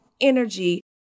energy